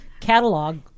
catalog